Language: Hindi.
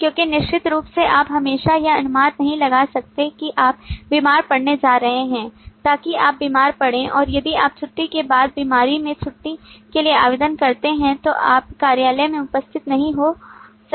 क्योंकि निश्चित रूप से आप हमेशा यह अनुमान नहीं लगा सकते हैं कि आप बीमार पड़ने जा रहे हैं ताकि आप बीमार पड़ें और यदि आप छुट्टी के बाद बीमारी में छुट्टी के लिए आवेदन करते हैं तो आप कार्यालय में उपस्थित नहीं हो सकते हैं